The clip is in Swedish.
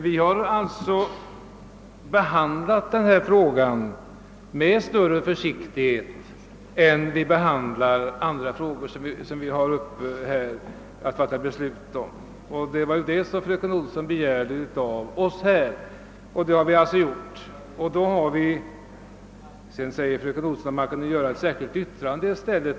Vi har också behandlat denna fråga med större försiktighet än vi behandlar andra frågor som vi skall fatta beslut om. Sedan sade emellertid fröken Olsson att vi i stället kunde ha avgivit ett särskilt yttrande.